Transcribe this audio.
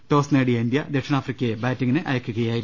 toss നേടിയ ഇന്ത്യ ദക്ഷിണാഫ്രിക്കയെ ബാറ്റിംഗിന് അയയ്ക്കുകയായിരുന്നു